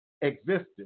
existed